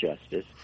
justice